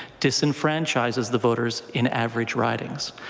disenfranchises the voters in average ridings.